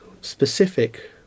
specific